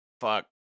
fuck